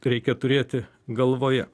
reikia turėti galvoje